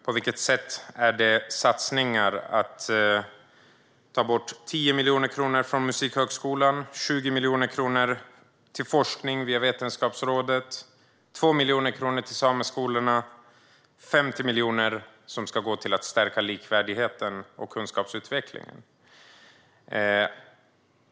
På vilket sätt är det satsningar att ta bort 10 miljoner kronor från Musikhögskolan, 20 miljoner kronor från forskning via Vetenskapsrådet, 2 miljoner kronor från sameskolorna och 50 miljoner som skulle gå till att stärka likvärdigheten och kunskapsutvecklingen?